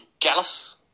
gallus